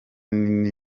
nini